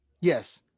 Yes